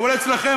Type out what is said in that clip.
אבל אצלכם,